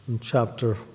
chapter